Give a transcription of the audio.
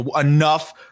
enough